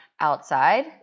Outside